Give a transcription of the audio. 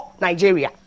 nigeria